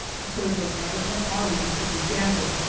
occurred when ever an audience could be gathered,